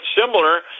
similar